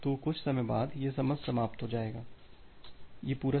तो कुछ समय बाद यह समय समाप्त होगा 2 के लिए